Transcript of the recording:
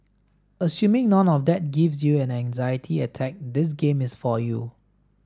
assuming none of that gives you an anxiety attack this game is for you